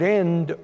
end